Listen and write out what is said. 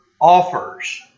offers